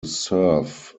serve